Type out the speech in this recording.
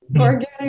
Organic